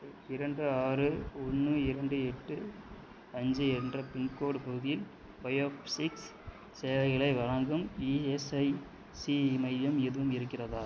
இரண்டு ஆறு ஒன்று இரண்டு எட்டு அஞ்சு என்ற பின்கோடு பகுதியில் பயோபிஸிக்ஸ் சேவைகளை வழங்கும் இஎஸ்ஐசி மையம் எதுவும் இருக்கிறதா